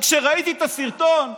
רק שראיתי את הסרטון שלי,